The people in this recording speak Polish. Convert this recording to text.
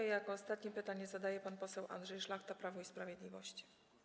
I jako ostatni pytanie zadaje pan poseł Andrzej Szlachta, Prawo i Sprawiedliwość.